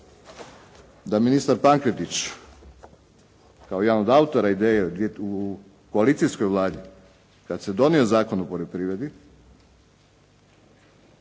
da ministar Pankretič kao jedan od autora ideje u koalicijskoj Vladi kada se donio Zakon o poljoprivredi,